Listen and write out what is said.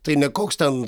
tai nekoks ten